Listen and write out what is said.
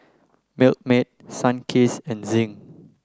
Milkmaid Sunkist and Zinc